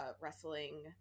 wrestling